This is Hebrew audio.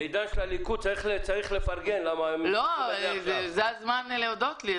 ועידה של הליכוד צריך לפרגן --- זה הזמן להודות לי.